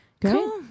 cool